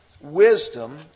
wisdom